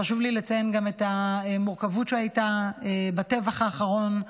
חשוב לי לציין גם את המורכבות שהייתה בטבח האחרון,